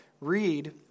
read